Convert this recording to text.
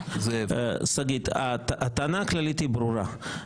שגית, הטענה הכללית היא ברורה.